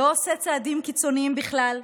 לא עושה צעדים קיצוניים בכלל,